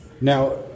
Now –